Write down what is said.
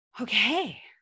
Okay